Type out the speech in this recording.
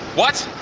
what?